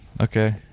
Okay